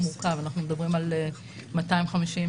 אנחנו מדברים על 257,